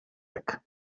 weg